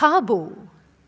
खाॿो